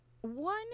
one